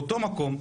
באותו מקום,